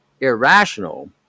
irrational